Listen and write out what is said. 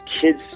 kids